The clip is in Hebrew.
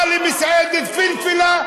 בא למסעדת "פלפלה".